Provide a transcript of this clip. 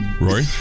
Roy